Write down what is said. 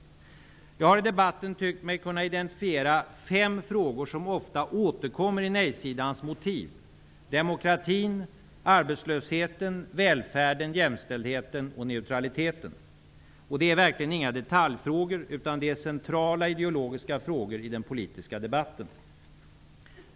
Jag har i debatten tyckt mig kunna identifiera fem frågor som ofta återkommer i nej-sidans motiv, nämligen demokratin, arbetslösheten, välfärden, jämställdheten och neutraliteten. Det är verkligen inga detaljfrågor. Det är centrala ideologiska frågor i den politiska debatten.